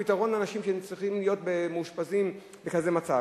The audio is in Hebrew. פתרון לאנשים שצריכים להיות מאושפזים בכזה מצב.